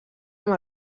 amb